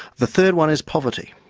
the third one is poverty.